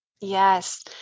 Yes